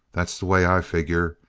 that's the way i figure.